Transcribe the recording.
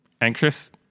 anxious